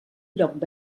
lloc